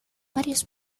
varios